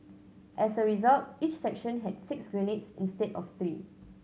as a result each section had six grenades instead of three